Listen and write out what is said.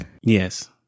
Yes